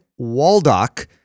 Waldock